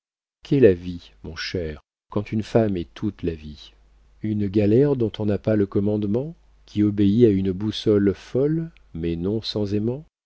qu'est la vie mon cher quand une femme est toute la vie une galère dont on n'a pas le commandement qui obéit à une boussole folle mais non sans aimant